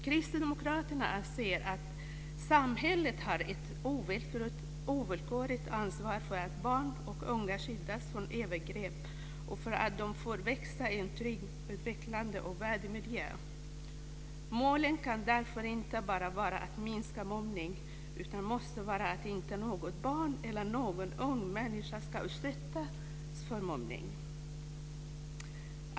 Kristdemokraterna anser att samhället har ett ovillkorligt ansvar för att barn och unga skyddas från övergrepp och för att de får växa i en trygg, utvecklande och värdig miljö. Målet kan därför inte bara vara att minska mobbning utan måste vara att se till att inte något barn eller någon ung människa ska utsättas för mobbning.